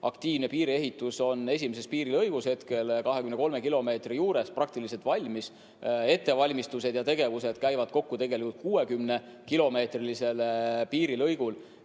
aktiivne piiriehitus on esimeses piirilõigus hetkel 23 kilomeetri juures, praktiliselt valmis. Ettevalmistused ja tegevused käivad kokku 60‑kilomeetrisel piirilõigul.